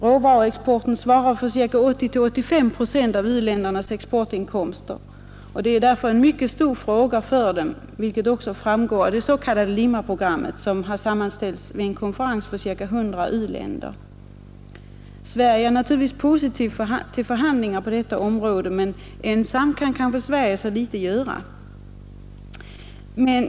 Råvaruexporten svarar för 80—85 procent av u-ländernas exportinkomster, och detta är därför en mycket stor fråga för dem — vilket också framgår av det s.k. Limaprogrammet, som sammanställts vid en konferens för ca 100 u-länder. Sverige är naturligtvis positivt till förhandlingar på detta område, men ensamt kan Sverige så litet göra.